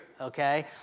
okay